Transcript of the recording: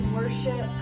worship